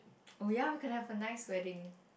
oh ya we can have a nice wedding